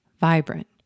vibrant